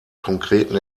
konkreten